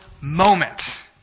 moment